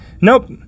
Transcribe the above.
Nope